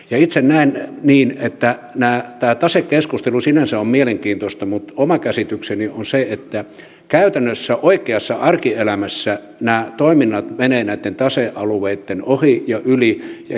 itse näen niin että tämä tasekeskustelu sinänsä on mielenkiintoista mutta oma käsitykseni on se että käytännössä oikeassa arkielämässä nämä toiminnat menevät näitten tasealueitten ohi ja yli